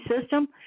system